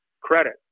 credit